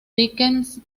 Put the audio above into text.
dickens